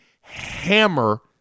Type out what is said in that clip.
hammer